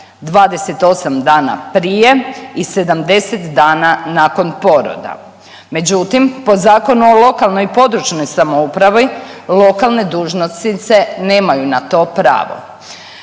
28 dana prije i 70 dana nakon poroda, međutim po Zakonu o lokalnoj i područnoj samoupravi lokalne dužnosnice nemaju na to pravo